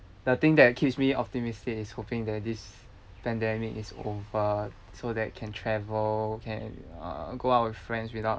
the thing that keeps me optimistic is hoping that this pandemic is over so that can travel can uh go out with friends without